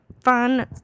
fun